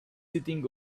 sitting